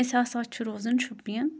أسۍ ہسا چھِ روزان شُپیَن